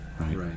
right